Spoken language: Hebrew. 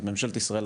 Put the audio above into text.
את ממשלת ישראל,